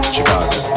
Chicago